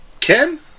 Ken